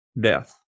death